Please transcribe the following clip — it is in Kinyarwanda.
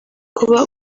kuba